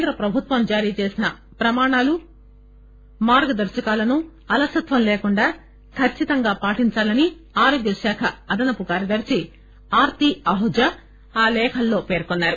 కేంద్ర ప్రభుత్వం జారీ చేసిన ప్రమాణాలు మార్గదర్శకాలను అలసత్వం లేకుండా కచ్చితంగా పాటిందాలని ఆరోగ్య శాఖ అదనపు కార్యదర్ని ఆర్తి ఆహుజా ఆ లేఖలో పేర్కొన్నారు